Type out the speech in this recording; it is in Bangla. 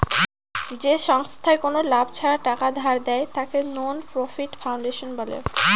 যে সংস্থায় কোনো লাভ ছাড়া টাকা ধার দেয়, তাকে নন প্রফিট ফাউন্ডেশন বলে